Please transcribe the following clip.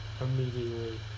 Immediately